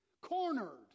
cornered